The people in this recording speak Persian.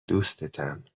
دوستتم